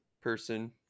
person